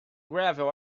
gravel